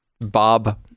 Bob